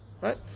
Right